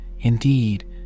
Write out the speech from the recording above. indeed